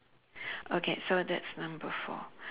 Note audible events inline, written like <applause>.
<breath> okay so that's number four